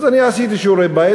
אז אני עשיתי שיעורי בית,